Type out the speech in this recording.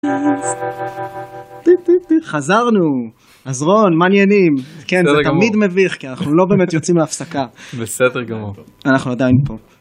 חזרנו אז רון מה העניינים כן זה תמיד מביך כי אנחנו לא באמת יוצאים להפסקה בסדר גמור אנחנו עדיין פה.